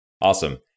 Awesome